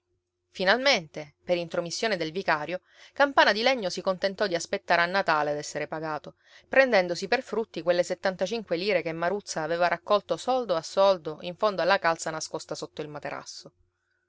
finalmente per intromissione del vicario campana di legno si contentò di aspettare a natale ad esser pagato prendendosi per frutti quelle settantacinque lire che maruzza aveva raccolto soldo a soldo in fondo alla calza nascosta sotto il materasso